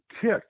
kick